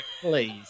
please